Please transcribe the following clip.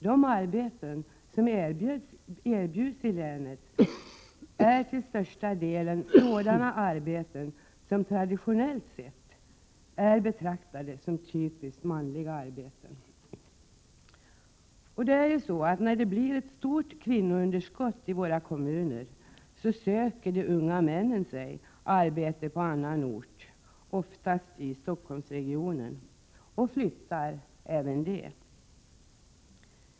De arbeten som erbjuds i länet är till största delen sådana som traditionellt sett betraktas som typiskt manliga arbeten. När det blir ett stort kvinnounderskott i kommunerna söker de unga männen arbete på annan ort, oftast i Stockholmsregionen, och flyttar även de.